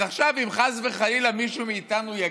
אז עכשיו, אם חס וחלילה מישהו מאיתנו יגיד: